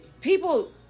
people